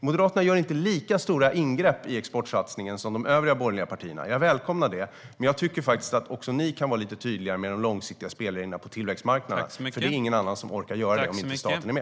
Moderaterna gör inte lika stora ingrepp i exportsatsningen som de övriga borgerliga partierna, och jag välkomnar det. Men jag tycker att också ni kan vara lite tydligare med de långsiktiga spelreglerna på tillväxtmarknaderna, för det är ingen annan som orkar göra det här om inte staten är med.